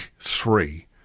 three